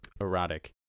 Erotic